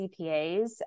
CPAs